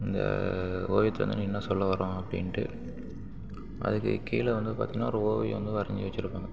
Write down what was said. இந்த ஓவியத்துலேருந்து என்ன சொல்ல வரோம் அப்படின்ட்டு அதுக்கு கீழே வந்து பார்த்திங்கனா ஒரு ஓவியம் வந்து வரஞ்சு வெச்சுருப்பாங்க